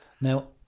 Now